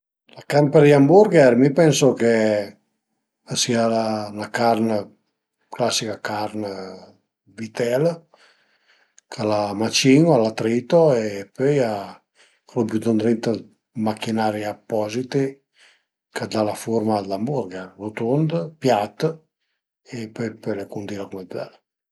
La carn per i hamburger mi pensu che a sia la carn, la clasica carn d'vitèl, ch'a la macin-u, a la tritu e pöi a la bütu ëndrinta a machinari appositi ch'a dan la furma dë l'hamburger, rutund, piat e pöi pöle cundila cume t'völe